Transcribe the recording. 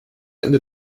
ende